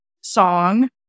song